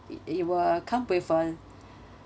it it will come with a